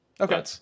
Okay